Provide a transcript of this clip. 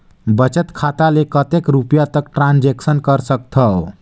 बचत खाता ले कतेक रुपिया तक ट्रांजेक्शन कर सकथव?